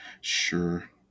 Sure